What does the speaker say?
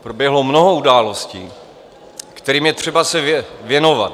Proběhlo mnoho událostí, kterým je třeba se věnovat.